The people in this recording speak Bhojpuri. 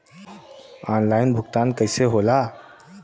ऑनलाइन भुगतान कईसे होला?